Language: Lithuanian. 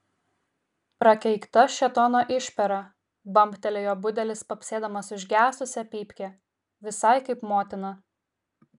prakeikta šėtono išpera bambtelėjo budelis papsėdamas užgesusią pypkę visai kaip motina